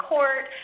Court